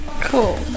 Cool